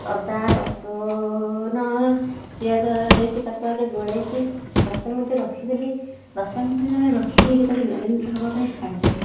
ଅଦା ରସୁଣ ପିଆଜ ଦେଇକି ତାକୁ ଆଗେ ଗୋଳାଇକି ଦଶ ମିନିଟ୍ ରଖିଦେଲି ଦଶ ମିନିଟ୍ ଯେତେବେଳେ ରଖିଦେଇକି ତାକୁ ମ୍ୟାରିନେଟ୍ ହବା ପାଇଁ ଛାଡ଼ିଦେଲି